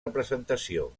representació